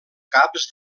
caps